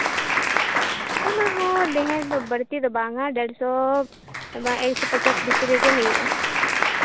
ᱚᱱᱟ ᱦᱚᱸ ᱰᱷᱮᱨ ᱫᱚ ᱵᱟᱹᱲᱛᱤ ᱫᱚ ᱵᱟᱝᱼᱟ ᱰᱮᱹᱲᱥᱚ ᱮᱠᱥᱚ ᱯᱚᱪᱟᱥ ᱵᱷᱤᱛᱨᱤ ᱨᱮᱜᱮ ᱦᱩᱭᱩᱜᱼᱟ